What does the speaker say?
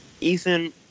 Ethan